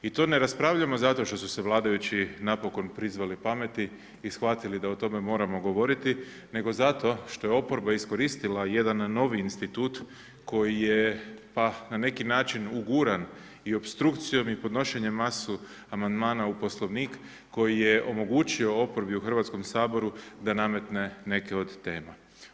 I to ne raspravljamo zato što su se vladajući napokon prizvali pameti i shvatili da o tome moramo govoriti, nego zato što je oporba iskoristila jedan novi institut koji je na neki način uguran i opstrukcijom i podnošenjem masu amandmana u Poslovnik koji je omogućio oporbi u Hrvatskom saboru da nametne neke od tema.